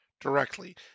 directly